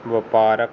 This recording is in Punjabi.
ਵਪਾਰਕ